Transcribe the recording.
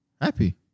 Happy